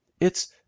It's